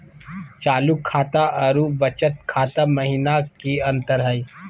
चालू खाता अरू बचत खाता महिना की अंतर हई?